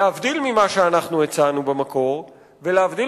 להבדיל ממה שאנחנו הצענו במקור ולהבדיל